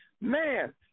Man